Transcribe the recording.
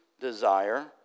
desire